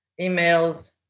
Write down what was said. emails